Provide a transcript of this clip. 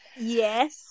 Yes